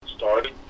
started